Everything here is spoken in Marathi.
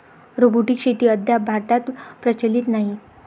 रोबोटिक शेती अद्याप भारतात प्रचलित नाही